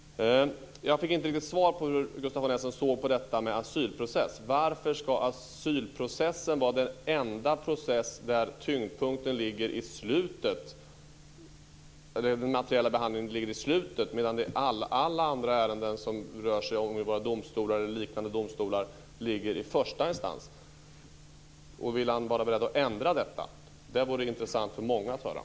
Jag fick inte riktigt svar på frågan hur Gustaf von Essen såg på asylprocessen. Varför ska asylprocessen vara den enda process där den materiella behandlingen ligger i slutet medan det i alla andra ärenden vid våra domstolar ligger i första instans? Är Gustaf von Essen beredd att ändra på detta? Det vore intressant för många att få höra.